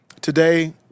Today